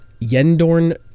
Yendorn